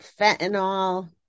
fentanyl